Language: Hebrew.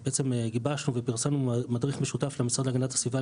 גיבשנו ופרסמנו מדריך משותף למשרד להגנת הסביבה,